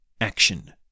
action